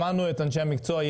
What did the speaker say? שמענו את אנשי המקצוע,